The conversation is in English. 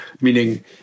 meaning